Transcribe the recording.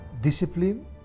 discipline